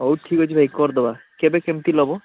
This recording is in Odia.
ହଉ ଠିକ୍ ଅଛି ଭାଇ କରିଦେବା କେବେ କେମିତି ନେବ